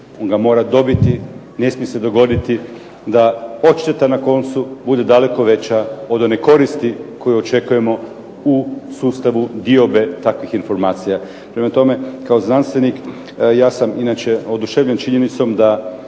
on ga mora dobiti, ne smije se dogoditi da odšteta na koncu bude daleko veća od one koristi koje očekujemo u sustavu diobe takvih informacija. Prema tome, kao znanstvenik ja sam inače oduševljen činjenicom da